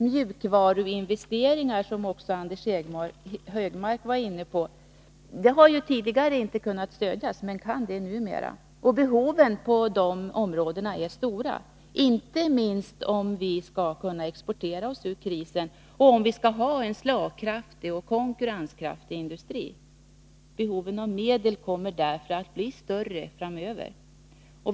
”Mjukvaruinvesteringar”, som också Anders Högmark var inne på, har tidigare inte kunnat stödjas men kan det numera. Behoven på de områdena är stora, inte minst om vi skall kunna exportera oss ur krisen och om vi skall ha en slagkraftig och konkurrenskraftig industri. Behoven av medel kommer därför att bli större framöver.